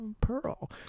Pearl